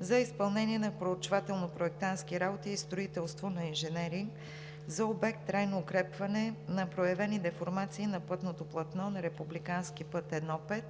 за изпълнение на проучвателно-проектантски работи и строителство от инженери на обект „Трайно укрепване на проявени деформации на пътното платно на републикански път I-5,